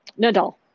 Nadal